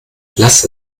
lass